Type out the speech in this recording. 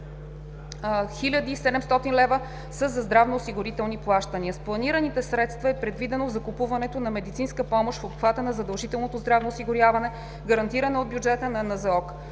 700 лв. са за здравноосигурителни плащания. С планираните средства е предвидено закупуването на медицинска помощ в обхвата на задължителното здравно осигуряване, гарантиранa от бюджета на НЗОК.